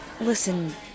Listen